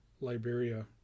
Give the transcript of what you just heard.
Liberia